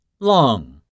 Long